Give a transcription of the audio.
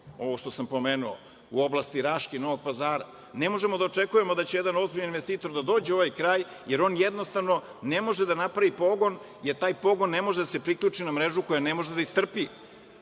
ovo što sam pomenuo, u oblasti Raške i Novog Pazara, ne možemo da očekujemo da će jedan ozbiljan investitor da dođe u ovaj kraj, jer on jednostavno ne može da napravi pogon, jer taj pogon ne može da se priključi na mrežu koja ne može da istrpi